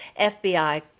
FBI